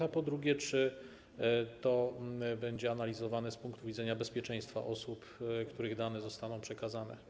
A po drugie czy to będzie analizowane z punktu widzenia bezpieczeństwa osób, których dane zostaną przekazane?